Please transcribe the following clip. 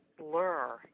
blur